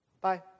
bye